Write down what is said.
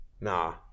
Nah